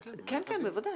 כן, כן, בוודאי.